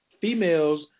females